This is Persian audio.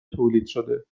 تولیدشده